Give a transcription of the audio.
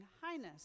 Highness